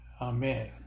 Amen